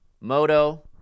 moto